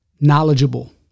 knowledgeable